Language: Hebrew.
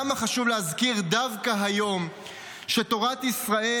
כמה חשוב להזכיר דווקא היום שתורת ישראל